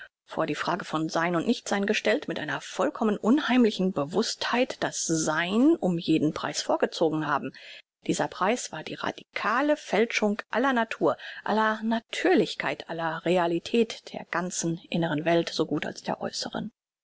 vor die frage von sein und nichtsein gestellt mit einer vollkommen unheimlichen bewußtheit das sein um jeden preis vorgezogen haben dieser preis war die radikale fälschung aller natur aller natürlichkeit aller realität der ganzen inneren welt so gut als der äußeren